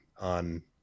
on